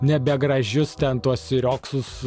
nebegražius ten tuos rioksus